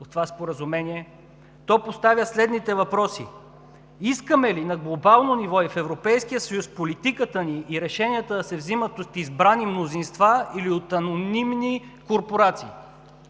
от това споразумение, то поставя следните въпроси. Искаме ли на глобално ниво и в Европейския съюз политиката ни и решенията да се взимат от избрани мнозинства или от анонимни корпорации?